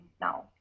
now